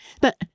But